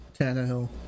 Tannehill